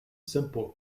simple